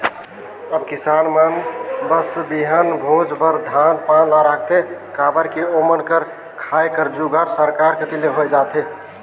अब किसान मन बस बीहन भोज बर धान पान ल राखथे काबर कि ओमन कर खाए कर जुगाड़ सरकार कती ले होए जाथे